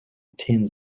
tins